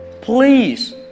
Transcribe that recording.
please